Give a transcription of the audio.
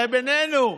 הרי בינינו,